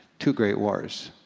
two great wars.